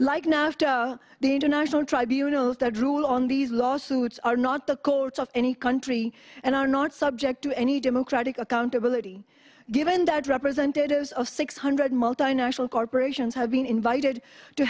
like nafta the international tribunals that rule on these lawsuits are not the courts of any country and are not subject to any democratic accountability given that representatives of six hundred multinational corporations have been invited to